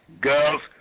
girls